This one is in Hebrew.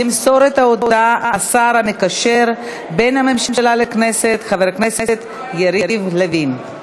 ימסור את ההודעה השר המקשר בין הממשלה לכנסת חבר הכנסת יריב לוין.